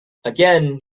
again